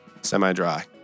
semi-dry